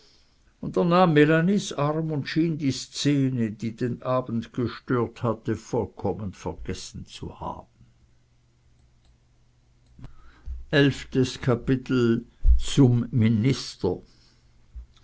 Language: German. arm und schien die szene die den abend gestört hatte vollkommen vergessen zu haben zum minister